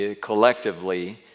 collectively